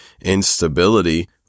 instability